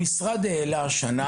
המשרד העלה לירושלים השנה,